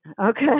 Okay